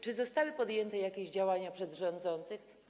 Czy zostały podjęte jakieś działania przez rządzących?